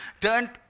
turned